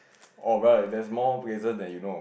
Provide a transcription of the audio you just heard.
oh right there's more places than you know